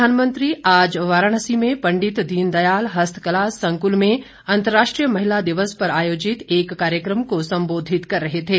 प्रधानमंत्री आज वाराणसी में पंडित दीनदयाल हस्तकला संकुल में अंतर्राष्ट्रीय महिला दिवस पर आयोजित एक कार्यक्रम को संबोधित कर रहे थे